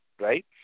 right